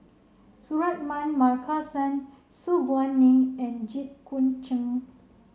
Suratman Markasan Su Guaning and Jit Koon Ch'ng